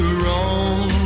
wrong